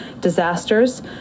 disasters